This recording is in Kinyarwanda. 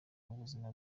ubuzima